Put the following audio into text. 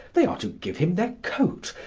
they are to give him their coat,